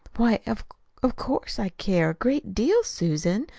why, of of course. i care a great deal, susan.